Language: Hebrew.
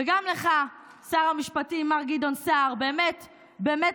וגם לך, שר המשפטים מר גדעון סער, באמת תודה.